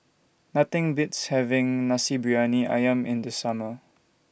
Nothing Beats having Nasi Briyani Ayam in The Summer